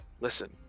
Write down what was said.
listen